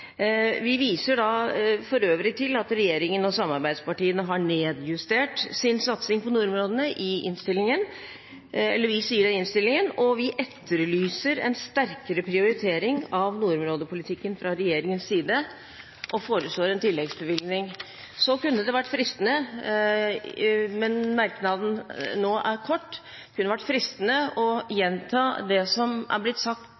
vi ikke er med i merknaden. Vi viser for øvrig til at regjeringen og samarbeidspartiene har nedjustert sin satsing på nordområdene i innstillingen. Vi etterlyser en sterkere prioritering av nordområdepolitikken fra regjeringens side og foreslår en tilleggsbevilgning. Så kunne det vært fristende – men merknaden nå er kort – å gjenta det som er blitt sagt